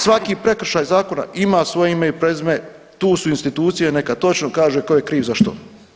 Svaki prekršaj zakona ima svoje ime i prezime, tu su institucije neka točno kaže tko je kriv za što.